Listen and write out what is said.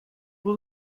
will